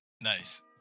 nice